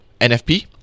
NFP